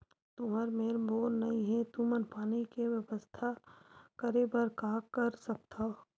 तुहर मेर बोर नइ हे तुमन पानी के बेवस्था करेबर का कर सकथव?